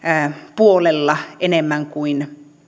puolella enemmän kuin